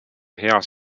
heas